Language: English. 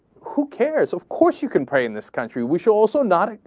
who cares? of course, you can pray in this country. we shall also not,